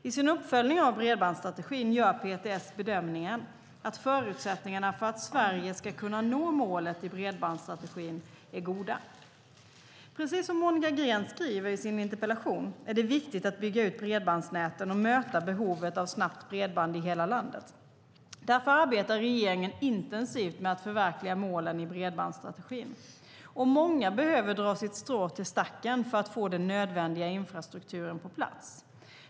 I sin uppföljning av bredbandsstrategin gör PTS bedömningen att förutsättningarna för att Sverige ska kunna nå målet i bredbandsstrategin är goda. Precis som Monica Green skriver i sin interpellation är det viktigt att bygga ut bredbandsnäten och möta behovet av snabbt bredband i hela landet. Därför arbetar regeringen intensivt med att förverkliga målen i bredbandsstrategin. Många behöver dra sitt strå till stacken för att få den nödvändiga infrastrukturen på plats.